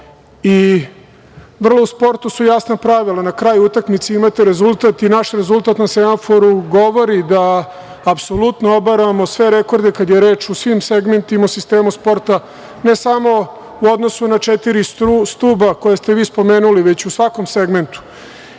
veća.U sportu su jasna pravila. Na kraju utakmice imate rezultat i naš rezultat na semaforu govori da apsolutno obaramo sve rekorde kada je reč o svim segmentima sistema sporta, ne samo u odnosu na četiri stuba koja ste vi spomenuli, već u svakom segmentu.